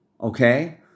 Okay